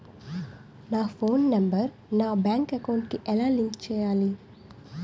నా phone number నా bank account కి ఎలా లింక్ చేయాలి?